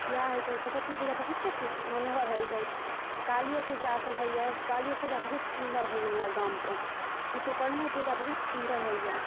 इहए होइत छै सरस्वती पूजा बहुतेक मनोहर होइत अछि कालिये पूजा एखन होइए काली पूजा बहुत सुन्दर होइए हमरा गाम कऽ विश्वकर्मो पूजा बहुत सुन्दर होइए